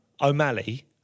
O'Malley